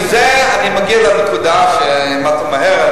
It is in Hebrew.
בזה אני מגיע לנקודה שאמרתי מהר,